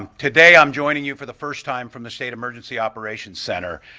today i'm joining you for the first time from the state emergency operations center,